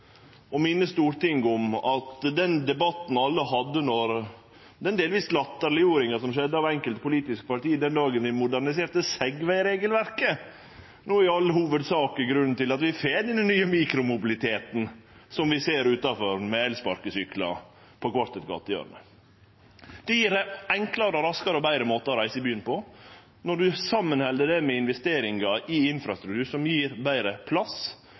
å minne Stortinget om at den debatten alle hadde, med den delvis latterleggjeringa som skjedde frå enkelte politiske parti den dagen vi moderniserte Segway-regelverket, i all hovudsak er grunnen til at vi no får denne nye mikromobiliteten som vi ser her utanfor, med elsparkesyklar på kvart gatehjørne. Det gjev ein enklare, raskare og betre måte å reise i byen på. Når ein held det saman med investeringar i infrastruktur som gjev betre plass,